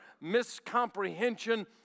miscomprehension